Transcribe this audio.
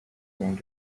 not